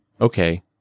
Okay